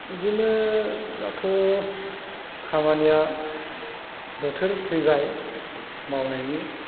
बिदिनो दाथ' खामानिया बोथोर फैबाय मावनायनि